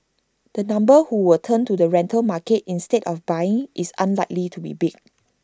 the number who will turn to the rental market instead of buying is unlikely to be big